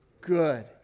good